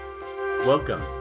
Welcome